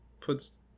puts